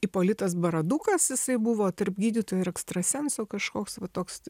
ipolitas baradukas jisai buvo tarp gydytojo ir ekstrasenso kažkoks va toks